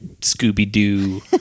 Scooby-Doo